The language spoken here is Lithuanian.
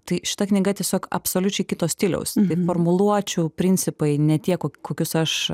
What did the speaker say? tai šita knyga tiesiog absoliučiai kito stiliaus formuluočių principai ne tie kokius aš